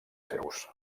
seus